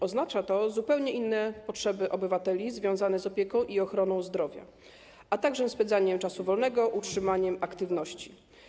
Oznacza to zupełnie inne potrzeby obywateli związane z opieką i ochroną zdrowia, a także spędzaniem czasu wolnego, utrzymaniem aktywności.